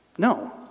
No